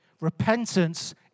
Repentance